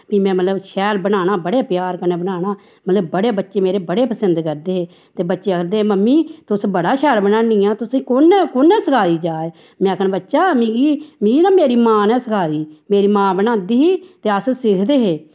फ्ही मतलव में शैल करियै बनाना बड़े प्यार कन्नै बनाना मतलव बड़े बच्चे मेरे बड़े पसिंद करदे हे ते बच्चे आखदे मम्मी तुस बड़ा शैल बनानियां तुसें कुन्नै सखाई जाच में आखना बच्चा मिगी मिगी न मेरी मां नै सखाऽ दी मेरी मां बनांदी ही ते अस सिखदे हे